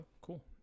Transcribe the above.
cool